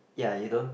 ya you don't